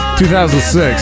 2006